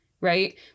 right